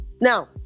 Now